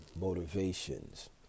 motivations